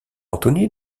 anthony